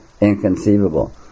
Inconceivable